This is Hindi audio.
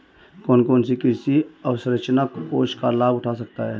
कौन कौन कृषि अवसरंचना कोष का लाभ उठा सकता है?